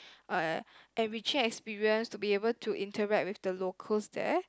uh and we share experience to be able to interact with the locals there